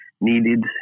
needed